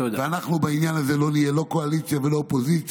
ואנחנו בעניין הזה לא נהיה לא קואליציה ולא אופוזיציה.